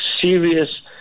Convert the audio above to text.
serious